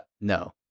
no